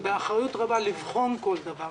באחריות רבה לבחון כל דבר,